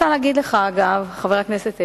אגב, חבר הכנסת אלדד,